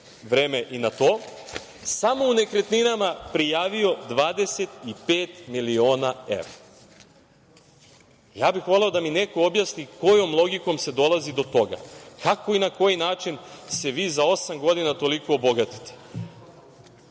vreme i na to, samo u nekretninama prijavio 25 miliona evra. Voleo bih da mi neko objasni kojom logikom se dolazi do toga? Kako i na koji način se vi za osam godina toliko obogatite?